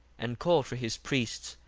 and called for his priests,